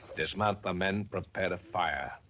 dismount the men, prepare to fire.